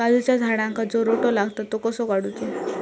काजूच्या झाडांका जो रोटो लागता तो कसो काडुचो?